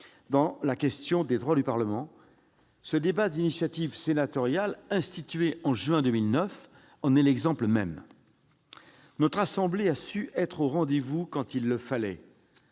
sur la question des droits du Parlement. Le débat d'initiative sénatoriale, institué en juin 2009, en est l'illustration. Notre assemblée a su être au rendez-vous quand il le fallait.